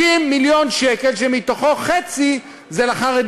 היום, על כל משרה שפתוחה לחרדי